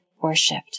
worshipped